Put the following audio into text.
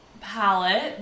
palette